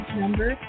number